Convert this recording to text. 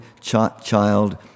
child